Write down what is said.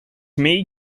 may